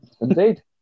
Indeed